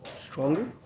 Stronger